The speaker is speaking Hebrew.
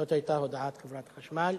זו היתה הודעת חברת החשמל.